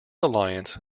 alliance